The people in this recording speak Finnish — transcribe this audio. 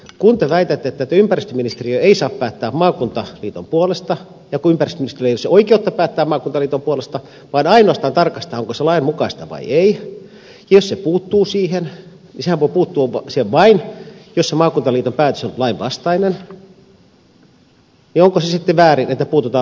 kun te väitätte että ympäristöministeriö ei saa päättää maakuntaliiton puolesta ja kun ympäristöministerillä ei olisi oikeutta päättää maakuntaliiton puolesta vaan ainoastaan tarkastaa onko se lainmukaista vai ei ja jos se puuttuu siihen niin sehän voi puuttua siihen vain jos se maakuntaliiton päätös on lainvastainen niin onko se sitten väärin että puututaan lainvastaisiin päätöksiin